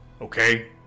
okay